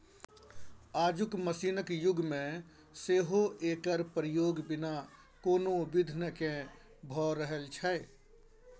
आजुक मशीनक युग मे सेहो एकर प्रयोग बिना कोनो बिघ्न केँ भ रहल छै